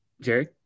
Jerry